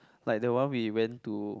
like that one we went to